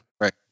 Right